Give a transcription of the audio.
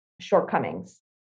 shortcomings